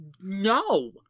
no